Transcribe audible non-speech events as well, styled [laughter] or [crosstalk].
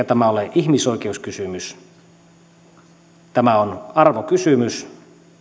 [unintelligible] tämä ole ihmisoikeuskysymys tämä on arvokysymys